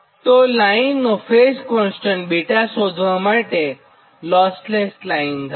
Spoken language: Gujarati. તો લાઇન ફેઝ કોન્સ્ટન્ટ β શોધવા માટે લોસલેસ લાઇન ધારો